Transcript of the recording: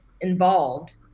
involved